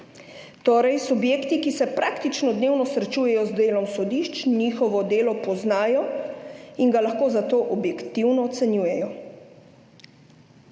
torej subjekti, ki se praktično dnevno srečujejo z delom sodišč, njihovo delo poznajo in ga lahko zato objektivno ocenjujejo.